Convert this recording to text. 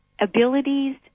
abilities